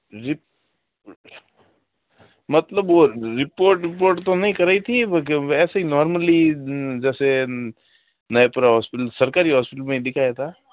रिप्प मतलब वो रिपोर्ट विपोर्ट तो नहीं कराई थी ऐसे ही नॉर्मली जैसे नए पूरा हॉस्पिटल सरकारी हॉस्पिटल में ही दिखाया था